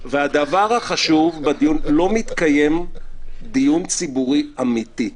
והדבר החשוב: לא מתקיים דיון ציבורי אמיתי.